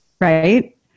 right